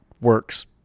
works